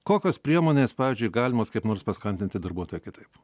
kokios priemonės pavyzdžiui galimos kaip nors paskatinti darbuotoją kitaip